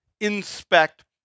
inspect